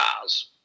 cars